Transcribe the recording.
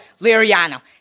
Liriano